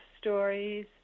stories